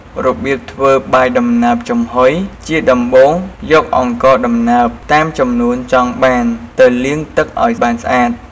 របៀបធ្វើបាយដំណើបចំហុយ ជាដំបូងយកអង្ករដំណើបតាមចំនួនចង់បានទៅលាងទឹកឱ្យបានស្អាត។